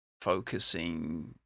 focusing